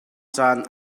caan